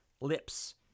lips